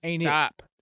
stop